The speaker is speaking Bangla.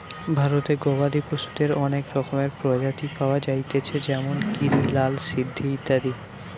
ভারতে গবাদি পশুদের অনেক রকমের প্রজাতি পায়া যাইতেছে যেমন গিরি, লাল সিন্ধি ইত্যাদি